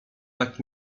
tak